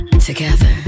together